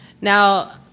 Now